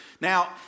Now